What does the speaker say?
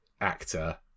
actor